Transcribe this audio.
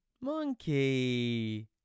Monkey